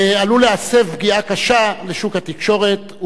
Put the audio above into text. עלולה להסב פגיעה קשה לשוק התקשורת,